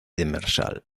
demersal